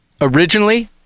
originally